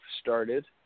started